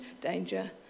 danger